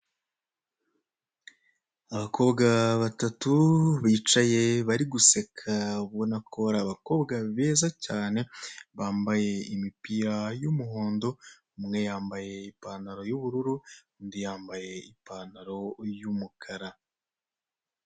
Abakobwa batatu bicaye bari guseka ubona ko ari abakobwa beza cyane bambaye imipira y'umuhondo, umwe yambaye ipantaro y'ubururu, undi yambaye ipantaro y'umukara.